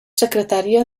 secretària